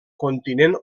continent